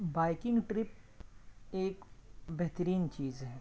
biking trip ایک بہترین چیز ہے